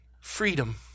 freedom